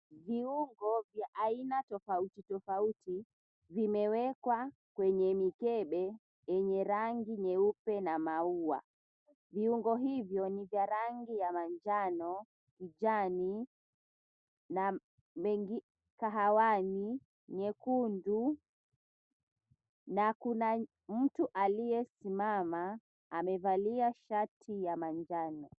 Viungo vya aina tofauti tofauti zimewekwa kwenye mikebe yenye rangi nyeupe na maua. Viungo hivyo ni vya rangi ya manjano, kijani, kahawani, nyekundu na kuna mtu aliyesimama amevalia shati ya manjano.